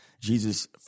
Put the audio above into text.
Jesus